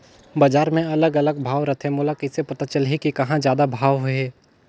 बजार मे अलग अलग भाव रथे, मोला कइसे पता चलही कि कहां जादा भाव हे?